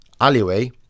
alleyway